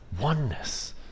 oneness